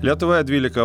lietuvoje dvylika